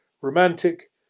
romantic